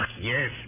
yes